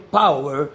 power